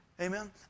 Amen